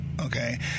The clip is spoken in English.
Okay